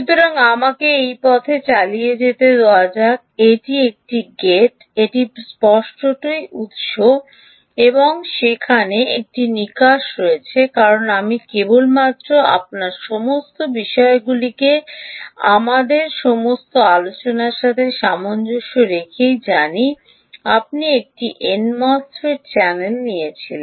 সুতরাং আমাকে এই পথে চালিয়ে যেতে দেওয়া যাক এটি একটি গেট এটি স্পষ্টতই উত্সটি এবং সেখানে একটি নিকাশ রয়েছে কারণ আমি কেবলমাত্র আপনার সমস্ত বিষয়গুলিকে আমাদের সমস্ত আলোচনার সাথে সামঞ্জস্য রেখেই জানি আপনি একটি এন চ্যানেল মোসফেট নিয়েছি